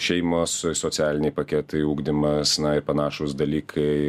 šeimos socialiniai paketai ugdymas na ir panašūs dalykai